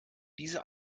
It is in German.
diese